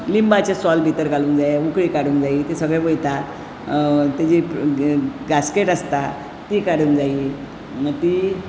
लिंबाचे सोल भितर घालून उकळी काडूंक जाय ते सगळे वयता तेजे ग गास्केट आसता ती काडूंक जायी मा तीं